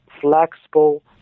flexible